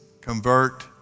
convert